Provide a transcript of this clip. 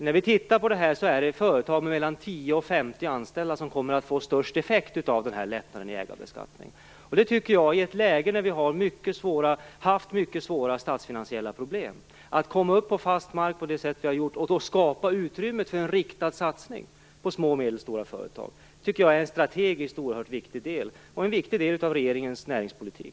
När vi har tittat på detta har vi funnit att det är företag som har 10-50 anställda som kommer att få störst effekt av en lättnad i ägarbeskattningen. Vi har haft ett läge med mycket svåra statsfinansiella problem, men har nu kommit upp på fast mark och kan skapa utrymme för en riktad satsning på små och medelstora företag. Detta är en strategiskt oerhört viktig del av regeringens näringspolitik.